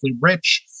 rich